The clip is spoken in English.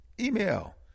Email